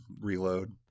reload